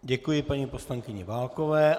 Děkuji paní poslankyni Válkové.